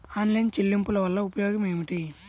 Online చెల్లింపుల వల్ల ఉపయోగమేమిటీ?